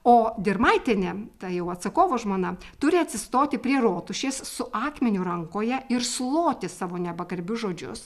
o dirmaitienė ta jau atsakovo žmona turi atsistoti prie rotušės su akmeniu rankoje ir suloti savo nepagarbius žodžius